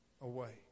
away